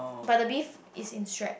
but the beef is in strap